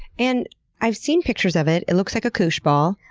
and i've seen pictures of it, it looks like a koosh ball,